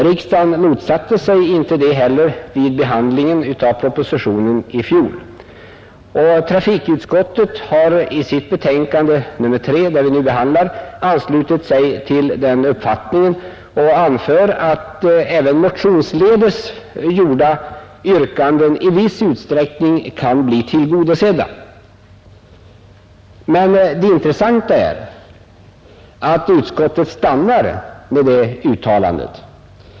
Riksdagen motsatte sig inte detta vid behandlingen av propositionen i fjol. Trafikutskottet har i sitt betänkande nr 3, som vi nu behandlar, anslutit sig till denna uppfattning och anför att även motionsledes gjorda yrkanden i viss utsträckning kan bli tillgodosedda. Det intressanta är emellertid att utskottet stannar med detta uttalande.